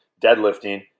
deadlifting